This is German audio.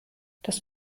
das